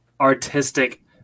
artistic